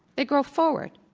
they grow forward,